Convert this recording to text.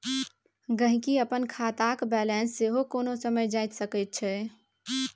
गहिंकी अपन खातक बैलेंस सेहो कोनो समय जांचि सकैत छै